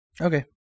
Okay